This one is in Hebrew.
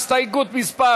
הסתייגות מס'